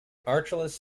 archelaus